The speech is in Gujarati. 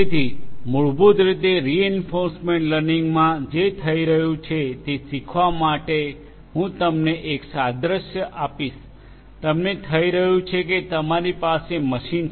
તેથી મૂળભૂત રીતે રિઇન્ફોર્સમેન્ટ લર્નિંગમાં જે થઈ રહ્યું છે તે શીખવા માટે હું તમને એક સાદ્રશ્ય આપીશ તમને થઈ રહ્યું છે કે તમારી પાસે મશીન છે